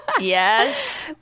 Yes